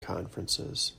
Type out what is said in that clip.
conferences